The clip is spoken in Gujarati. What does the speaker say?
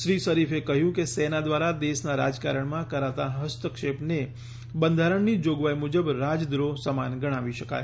શ્રી શરીફે ક્હયું કે સેના દ્રારા દેશનાં રાજકારણમાં કરાતા હસ્તક્ષેપને બંધારણની જોગવાઈ મુજબ રાજ્વ્રોહ સમાન ગણાવી શકાય